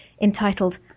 entitled